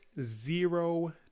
zero